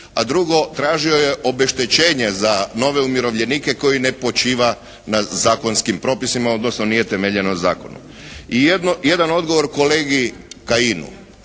a drugo, tražio je obeštećenje za nove umirovljenike koji ne počiva na zakonskim propisima, odnosno nije temeljeno zakonom. I jedan odgovor kolegi Kajinu.